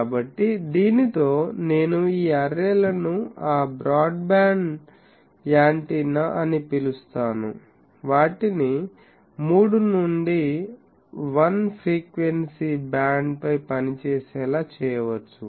కాబట్టి దీనితో నేను ఈ అర్రే లను ఆ బ్రాడ్బ్యాండ్ యాంటెన్నా అని పిలుస్తాను వాటిని 3 నుండి 1 ఫ్రీక్వెన్సీ బ్యాండ్ పై పనిచేసేలా చేయవచ్చు